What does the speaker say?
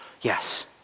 yes